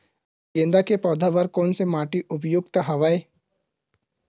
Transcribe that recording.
गेंदा के पौधा बर कोन से माटी उपयुक्त हवय?